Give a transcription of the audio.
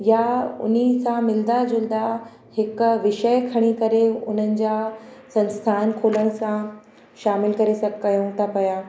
या उन सां मिलंदा झुलंदा हिकु विषय खणी करे उन्हनि जा संस्थान खुॾण सां शामिलु करे सघ कयूं था पिया